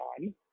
on